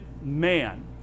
man